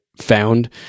found